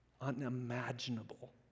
unimaginable